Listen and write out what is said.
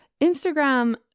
Instagram